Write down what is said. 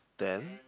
then